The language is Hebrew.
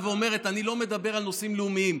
ואומרת: אני לא מדברת על נושאים לאומיים,